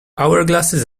hourglasses